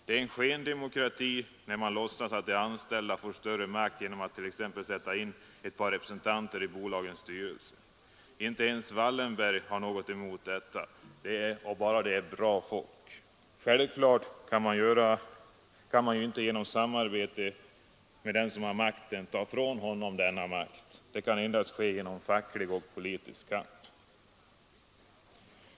Det är skendemokrati, när man låtsas att de anställda får större makt genom att t.ex. sätta in ett par representanter i bolagens styrelser. Inte ens Wallenberg har något emot detta, ”bara det är bra folk”. Självklart kan man inte genom samarbete med den som har makten ta ifrån honom denna makt. Det kan endast ske genom facklig och politisk kamp.